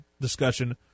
discussion